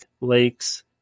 lakes